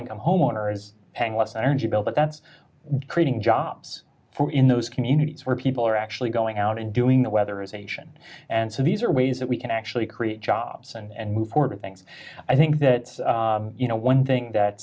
income homeowner is paying less energy bill but that's creating jobs in those communities where people are actually going out and doing the weather as a nation and so these are ways that we can actually create jobs and move forward with things i think that you know one thing that